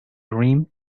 rim